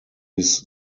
his